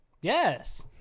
yes